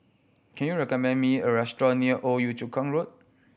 can you recommend me a restaurant near Old Yio Chu Kang Road